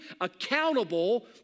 accountable